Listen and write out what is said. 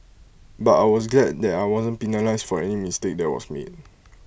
but I was glad that I wasn't penalised for any mistake that was made